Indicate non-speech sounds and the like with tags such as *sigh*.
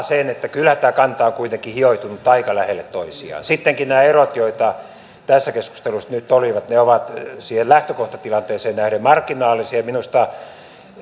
*unintelligible* sen että kyllä nämä kannat ovat kuitenkin hioutuneet aika lähelle toisiaan sittenkin nämä erot joita tässä keskustelussa nyt oli ovat siihen lähtökohtatilanteeseen nähden marginaalisia minusta